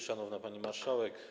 Szanowna Pani Marszałek!